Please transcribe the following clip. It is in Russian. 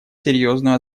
серьезную